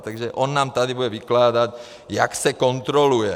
Takže on nám tady bude vykládat, jak se kontroluje.